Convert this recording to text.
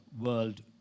world